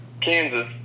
Kansas